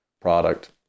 product